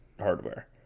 hardware